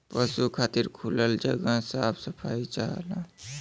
पसु खातिर खुलल जगह साफ सफाई चाहला